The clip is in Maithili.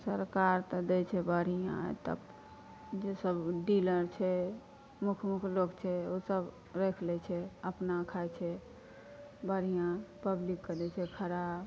सरकार तऽ दै छै बढ़िआँ तब जे सब डीलर छै मुख मुख लोक छै ओसब राखि लै छै अपना खाइ छै बढ़िआँ पब्लिकके दै छै खराब